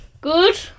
Good